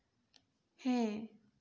ᱦᱮᱸ